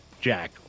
Jack